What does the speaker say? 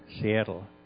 Seattle